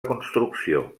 construcció